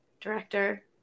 director